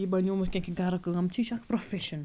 یہِ بَنیومُت کینٛہہ کہِ گَرٕ کٲم چھِ یہِ اَکھ پرٛوفیٚشَن